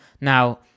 Now